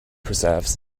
preserves